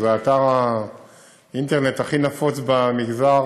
זה אתר האינטרנט הכי נפוץ במגזר,